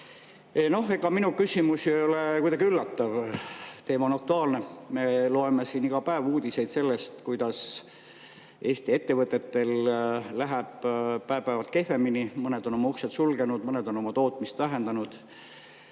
Ega minu küsimus ei ole ju kuidagi üllatav. Teema on aktuaalne. Me loeme iga päev uudiseid sellest, kuidas Eesti ettevõtetel läheb päev-päevalt kehvemini, mõned on oma uksed sulgenud, mõned on oma tootmist vähendanud.